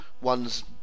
one's